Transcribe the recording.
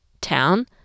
town